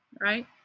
right